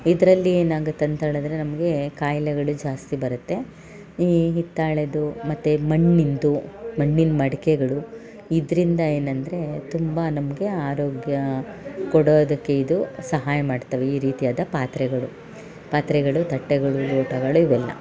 ಇದರಲ್ಲಿ ಏನಾಗತ್ತಂತ ಹೇಳಿದ್ರೆ ನಮಗೆ ಕಾಯಿಲೆಗಳು ಜಾಸ್ತಿ ಬರುತ್ತೆ ಈ ಹಿತ್ತಾಳೆದ್ದು ಮತ್ತು ಮಣ್ಣಿಂದು ಮಣ್ಣಿನ ಮಡಿಕೆಗಳು ಇದರಿಂದ ಏನಂದರೆ ತುಂಬ ನಮಗೆ ಆರೋಗ್ಯ ಕೊಡೋದಕ್ಕೆ ಇದು ಸಹಾಯ ಮಾಡ್ತವೆ ಈ ರೀತಿಯಾದ ಪಾತ್ರೆಗಳು ಪಾತ್ರೆಗಳು ತಟ್ಟೆಗಳು ಲೋಟಗಳು ಇವೆಲ್ಲ